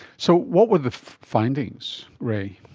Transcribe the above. so what were the findings, ray?